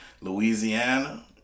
Louisiana